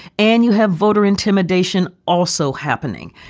and you have voter intimidation also happening.